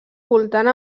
voltant